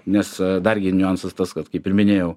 nes dargi niuansas tas kad kaip ir minėjau